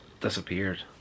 disappeared